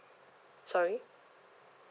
sorry